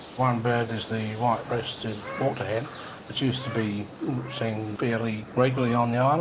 one bird is the white-breasted waterhen that used to be seen fairly regularly on the ah and